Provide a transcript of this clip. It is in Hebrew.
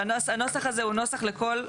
הנוסח הזה הוא נוסח לכל,